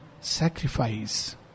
sacrifice